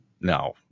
no